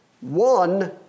One